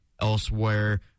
elsewhere